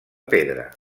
pedra